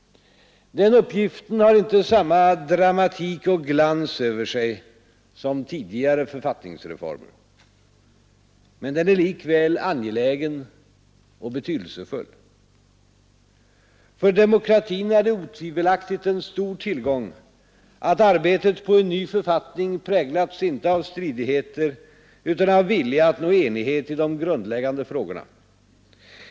Den uppgiften har inte samma dramatik och glans över sig som tidigare författningsreformer. Men den är likväl angelägen och betydelsefull. För demokratin är det otvivelaktigt en stor tillgång att arbetet på en ny författning präglats inte av stridigheter utan av vilja att nå enighet i de grundläggande frågorna.